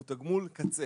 הוא תגמול קצה.